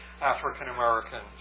African-Americans